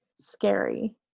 Scary